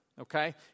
Okay